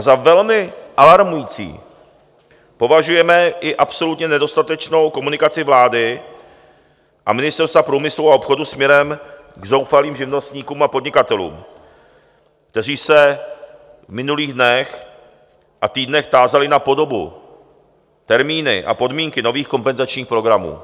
Za velmi alarmující považujeme i absolutně nedostatečnou komunikaci vlády a Ministerstva průmyslu a obchodu směrem k zoufalým živnostníkům a podnikatelům, kteří se v minulých dnech a týdnech tázali na podobu, termíny a podmínky nových kompenzačních programů.